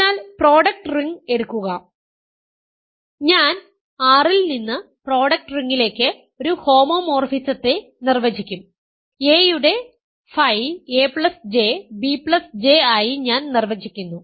അതിനാൽ product ring എടുക്കുക ഞാൻ R ൽ നിന്ന് പ്രൊഡക്റ്റ് റിംഗിലേക്ക് ഒരു ഹോമോമോർഫിസത്തെ നിർവചിക്കും a യുടെ ф aJ bJ ആയി ഞാൻ നിർവചിക്കുന്നു